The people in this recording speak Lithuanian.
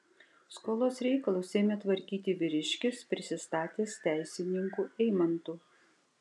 skolos reikalus ėmė tvarkyti vyriškis prisistatęs teisininku eimantu